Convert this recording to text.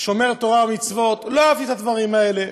שומר תורה ומצוות, לא אהבתי את הדברים האלה.